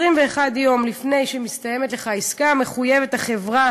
21 יום לפני שמסתיימת העסקה שלך מתחייבת החברה